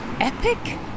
epic